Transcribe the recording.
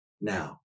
Now